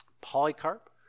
Polycarp